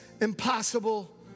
impossible